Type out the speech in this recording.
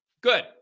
Good